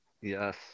Yes